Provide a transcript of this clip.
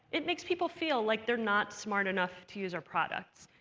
it makes people feel like they're not smart enough to use our products.